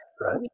right